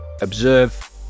observe